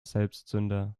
selbstzünder